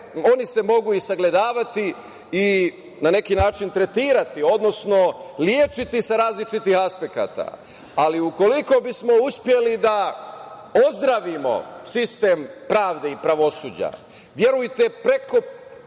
oni se mogu i sagledavati i, na neki način, tretirati, odnosno lečiti se različitim aspektima. Ali, ukoliko bismo uspeli da ozdravimo sistem pravde i pravosuđa, verujte, preko